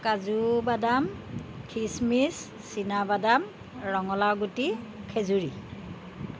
কাজু বাদাম খিচমিচ চিনা বাদাম ৰঙালাও গুটি খেজুৰী